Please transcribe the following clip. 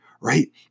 right